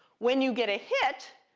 when you get a hit,